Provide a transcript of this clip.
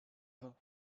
her